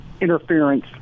interference